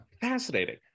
fascinating